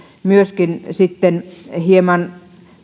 myöskin sitten hieman